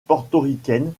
portoricaine